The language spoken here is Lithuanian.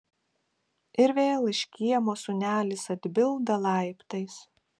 ir vėl iš kiemo sūnelis atbilda laiptais